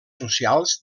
socials